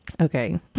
Okay